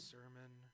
Sermon